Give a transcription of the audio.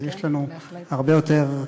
אז יש לנו הרבה יותר,